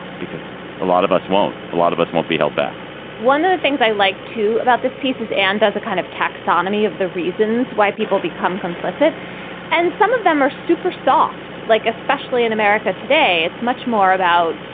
because a lot of us won't. a lot of us won't be held back one of the things i like to about this piece is and as a kind of taxonomy of the reasons why people become complicit and some of them are super soft, like especially in america today, it's much more about,